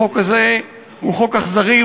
החוק הזה הוא חוק אכזרי,